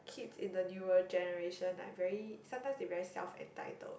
kids in the newer generation like very sometimes they very self entitled